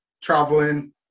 traveling